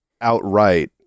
outright